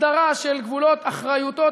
הסדרה של גבולות אחריותו,